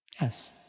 Yes